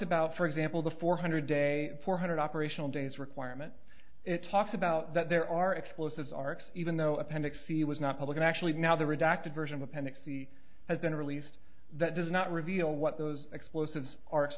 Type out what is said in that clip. about for example the four hundred day four hundred operational days requirement it talks about that there are explosives arks even though appendix e was not public and actually now the redacted version of appendix the has been released that does not reveal what those explosives